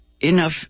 enough